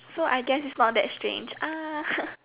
so I guess it's not that strange